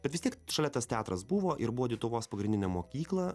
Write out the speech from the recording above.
bet vis tiek šalia tas teatras buvo ir buvo lietuvos pagrindinė mokykla